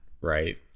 right